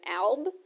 alb